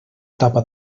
tapa